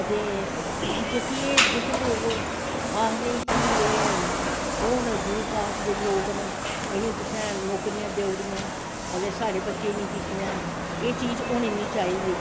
ते एह् जेह्के लोग आखदे कि एह् ओह् न दूई कास्ट दे लोग न इनेंगी तुस नौकरियां देई ओड़ियां ते साढ़े बच्चें गी नी दित्तियां एह् चीज़ होनीं नी चाही दी